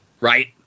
right